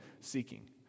seeking